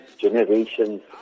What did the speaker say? generations